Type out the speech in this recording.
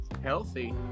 Healthy